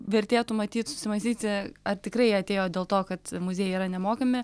vertėtų matyt susimąstyti ar tikrai atėjo dėl to kad muziejai yra nemokami